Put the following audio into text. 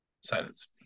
Silence